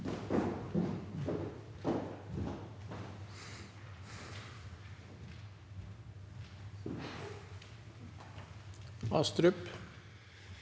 Astrup